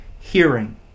hearing